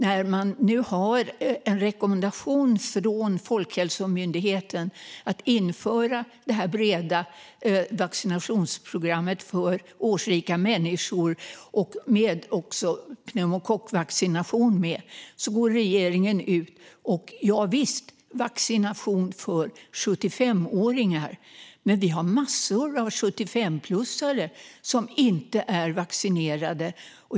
När man nu har en rekommendation från Folkhälsomyndigheten om att införa det här breda vaccinationsprogrammet för årsrika människor, också med pneumokockvaccination, går regeringen ut med vaccination för 75-åringar. Men vi har massor av 75-plussare som inte är vaccinerade.